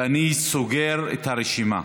ואני סוגר את הרשימה.